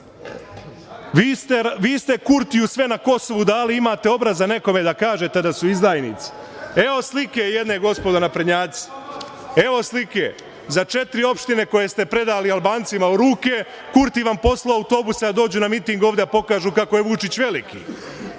ste Kurtiju sve na Kosovu dali, a imate obraza nekome da kažete da su izdajnici? Evo slike jedne, gospodo naprednjaci. Evo slike. Za četiri opštine koje ste predali Albancima u ruke Kurti vam poslao autobuse da dođu na miting ovde, da pokažu kako je Vučić veliki. Evo,